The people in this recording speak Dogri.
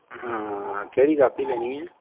हां केह्ड़ी कापी लेनी ऐ